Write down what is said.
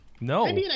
No